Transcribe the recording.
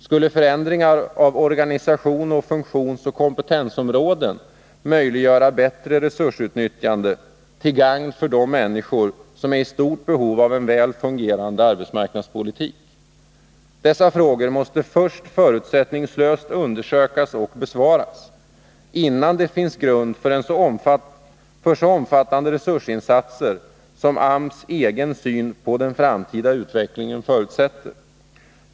Skulle förändringar av organisation och funktionsoch kompetensområden möjliggöra bättre resursutnyttjande till gagn för dem som är i stort behov av en väl fungerande arbetsmarknadspolitik? Dessa frågor måste först förutsättningslöst undersökas och besvaras, innan det finns grund för så omfattande resursinsatser som AMS egen syn på den framtida utvecklingen förutsätter.